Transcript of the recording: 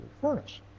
furnace